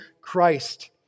Christ